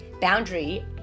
boundary